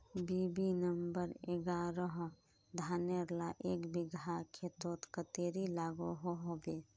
BB number एगारोह धानेर ला एक बिगहा खेतोत कतेरी लागोहो होबे?